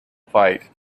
fight